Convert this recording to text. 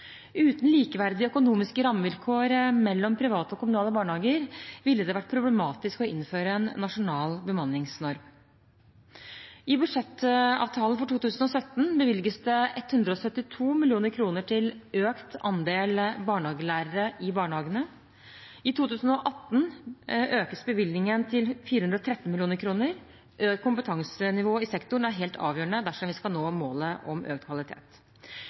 Uten likeverdige økonomiske rammevilkår mellom private og kommunale barnehager ville det vært problematisk å innføre en nasjonal bemanningsnorm. I budsjettavtalen for 2017 bevilges 172 mill. kr til økt andel barnehagelærere i barnehagene. I 2018 økes bevilgningen til 413 mill. kr. Økt kompetansenivå i sektoren er helt avgjørende dersom vi skal nå målet om økt kvalitet.